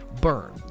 burn